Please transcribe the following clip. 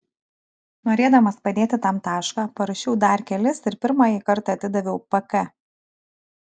norėdamas padėti tam tašką parašiau dar kelis ir pirmąjį kartą atidaviau pk